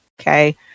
Okay